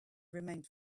remained